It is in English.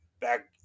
back